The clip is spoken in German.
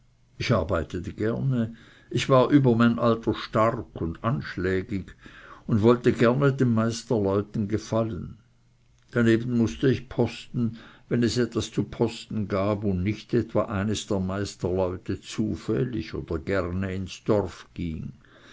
ich arbeitete gerne ich war über mein alter stark und anschlägig und wollte gerne den meisterleuten gefallen daneben mußte ich posten wenn es etwas zu posten gab und nicht etwa eins der meisterleute zufällig oder gerne ins dorf ging